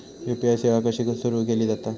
UPI सेवा कशी सुरू केली जाता?